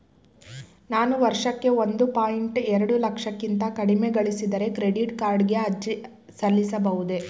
ನಾನು ವರ್ಷಕ್ಕೆ ಒಂದು ಪಾಯಿಂಟ್ ಎರಡು ಲಕ್ಷಕ್ಕಿಂತ ಕಡಿಮೆ ಗಳಿಸಿದರೆ ಕ್ರೆಡಿಟ್ ಕಾರ್ಡ್ ಗೆ ಅರ್ಜಿ ಸಲ್ಲಿಸಬಹುದೇ?